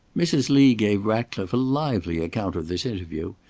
mrs. lee gave ratcliffe a lively account of this interview,